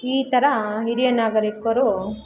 ಈ ಥರ ಹಿರಿಯ ನಾಗರೀಕರು